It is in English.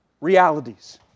realities